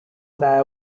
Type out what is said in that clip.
their